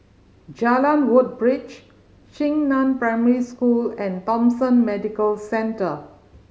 Jalan Woodbridge Xingnan Primary School and Thomson Medical Centre